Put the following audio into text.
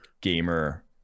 gamer